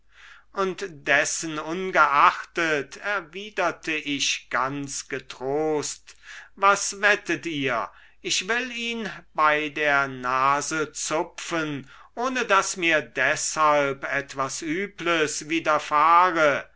und dessenungeachtet erwiderte ich ganz getrost was wettet ihr ich will ihn bei der nase zupfen ohne daß mir deshalb etwas übles widerfahre